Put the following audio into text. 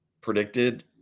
predicted